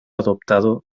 adoptado